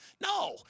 No